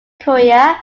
korea